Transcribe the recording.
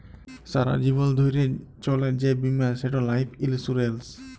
সারা জীবল ধ্যইরে চলে যে বীমা সেট লাইফ ইলসুরেল্স